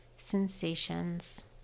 sensations